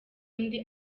undi